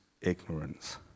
ignorance